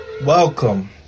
Welcome